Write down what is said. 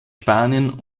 spanien